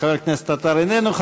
חבר הכנסת עטר, איננו.